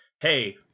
Hey